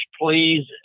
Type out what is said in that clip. Please